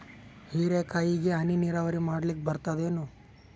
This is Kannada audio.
ಹೀರೆಕಾಯಿಗೆ ಹನಿ ನೀರಾವರಿ ಮಾಡ್ಲಿಕ್ ಬರ್ತದ ಏನು?